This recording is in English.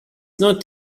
not